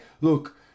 look